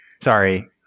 sorry